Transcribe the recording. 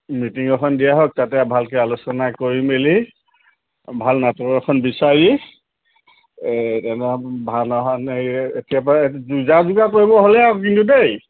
meeting এখন দিয়া হওক তাতে ভালকৈ আলোচনা কৰি মেলি ভাল নাটক এখন বিচাৰি এই তেনেকুৱা ভাওনাখন এই একেবাৰে যো যা যোগাৰ কৰিব হ'লেই আৰু দেই